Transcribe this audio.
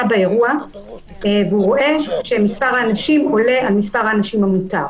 באירוע ורואה שמספר האנשים עולה על מספר האנשים המותר.